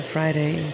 Friday